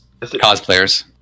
Cosplayers